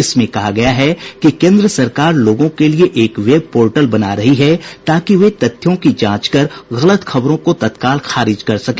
इसमें कहा गया है कि केंद्र सरकार लोगों के लिए एक वेबपोर्टल बना रही है ताकि वे तथ्यों की जांच कर गलत खबरों को तत्काल खारिज कर सके